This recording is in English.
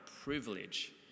privilege